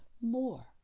more